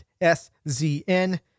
S-Z-N